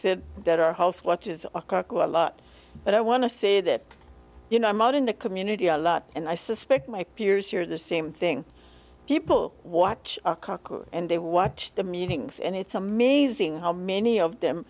said that our house watches are a lot but i want to say that you know i'm out in the community a lot and i suspect my peers here are the same thing people watch and they watch the meetings and it's amazing how many of them